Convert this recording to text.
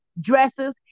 dresses